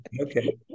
Okay